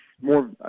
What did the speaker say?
more